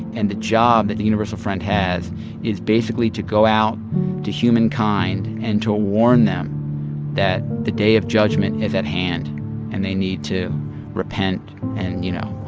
and the job that the universal friend has is basically to go out to humankind and to ah warn them that the day of judgment is at hand and they need to repent and, you know,